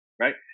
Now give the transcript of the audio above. right